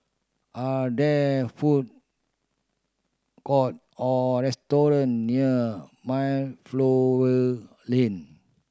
are there food court or restaurant near Mayflower Lane